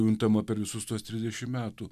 juntama per visus tuos trisdešim metų